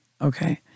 Okay